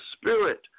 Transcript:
Spirit